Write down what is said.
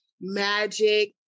magic